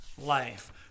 life